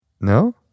No